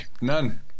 none